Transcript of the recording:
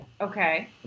Okay